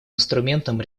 инструментом